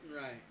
Right